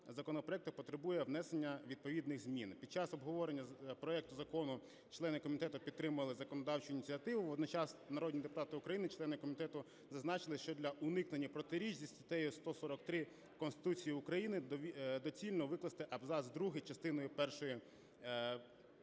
законопроекту потребує внесення відповідних змін. Під час обговорення проекту закону члени комітету підтримали законодавчу ініціативу. Водночас народні депутати України члени комітету зазначили, що для уникнення протиріч зі статтею 143 Конституції України доцільно викласти абзац другий частини першої розділу